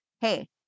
hey